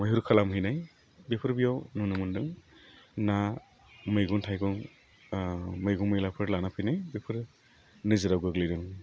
मैहुर खालामहैनाय बेफोर बेयाव नुनो मोन्दों ना मैगं थाइगं मैगं मैलाफोर लाना फैनाय बेफोर नोजोराव गोग्लैदों